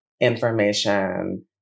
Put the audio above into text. information